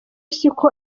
siko